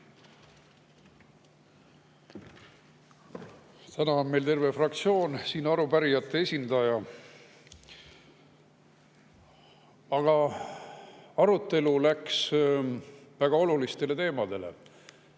Täna on meil terve fraktsioon siin arupärijate esindaja. Aga arutelu läks väga olulistele teemadele.